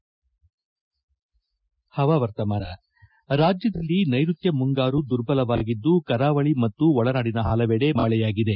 ಇನ್ನು ಹವಾವರ್ತಮಾನ ರಾಜ್ಯದಲ್ಲಿ ನೈರುತ್ತ ಮುಂಗಾರು ದುರ್ಬಲವಾಗಿದ್ದು ಕರಾವಳಿ ಮತ್ತು ಒಳನಾಡಿನ ಪಲವೆಡೆ ಮಳೆಯಾಗಿದೆ